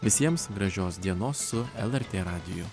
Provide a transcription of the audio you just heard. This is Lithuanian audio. visiems gražios dienos su lrt radiju